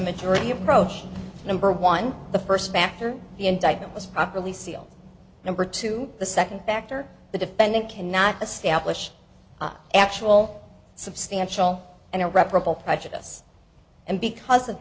majority approach number one the first factor the indictment was properly sealed number two the second factor the defendant cannot establish actual substantial and irreparable prejudice and because of